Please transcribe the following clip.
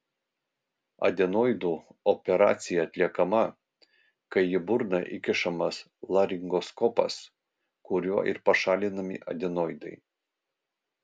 adenoidų operacija atliekama kai į burną įkišamas laringoskopas kuriuo ir pašalinami adenoidai